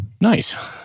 Nice